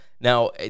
Now